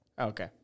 Okay